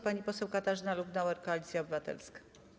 Pani poseł Katarzyna Lubnauer, Koalicja Obywatelska.